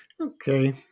Okay